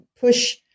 push